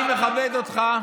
אני מכבד אותך.